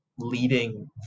leading